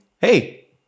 hey